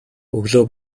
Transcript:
өглөө